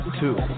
two